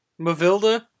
Mavilda